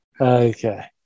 Okay